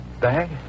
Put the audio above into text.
Bag